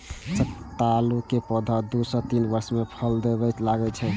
सतालू के पौधा दू सं तीन वर्ष मे फल देबय लागै छै